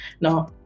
no